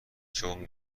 چون